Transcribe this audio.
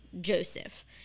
joseph